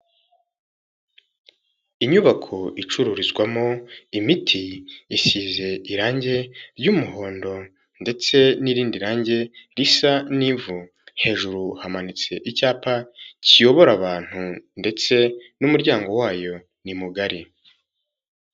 Inyubako icururizwamo imiti, isize irange ry'umuhondo ndetse n'irindi range risa n'ivu, hejuru hamanitse icyapa kiyobora abantu, ndetse n'umuryango wayo ni mugari.